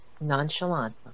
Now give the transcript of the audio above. nonchalant